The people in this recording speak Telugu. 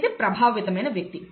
ఇది ప్రభావితమైన వ్యక్తి